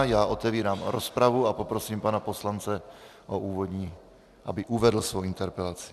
Já otevírám rozpravu a poprosím pana poslance, aby uvedl svoji interpelaci.